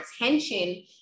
attention